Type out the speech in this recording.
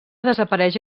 desapareix